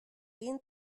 egin